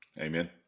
Amen